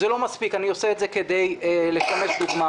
זה לא מספיק, אני עושה את זה כדי לשמש דוגמה.